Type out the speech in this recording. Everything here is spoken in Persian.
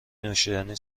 نوشیدنی